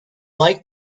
liked